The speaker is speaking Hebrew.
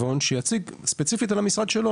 שיציג ספציפית על המשרד שלו,